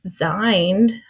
designed